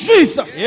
Jesus